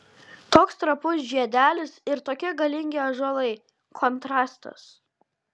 toks trapus žiedelis ir tokie galingi ąžuolai kontrastas